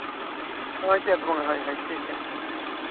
ᱦᱳᱭ ᱪᱟᱹᱛ ᱵᱚᱸᱜᱟ ᱦᱳᱭ ᱦᱳᱭ ᱴᱷᱤᱠᱟ